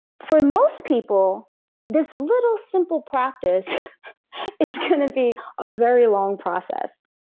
for most people this little simple practice is going to be a very long process,